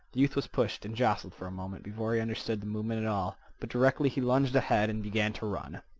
the youth was pushed and jostled for a moment before he understood the movement at all, but directly he lunged ahead and began to run.